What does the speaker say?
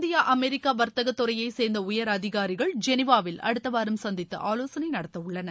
India America வர்த்தகத்துறையைச் சேர்ந்த உயர் அதிகாரிகள் ஜெனிவாவில் அடுத்த வாரம் சந்தித்து ஆலோசனை நடத்தவுள்ளனர்